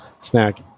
snack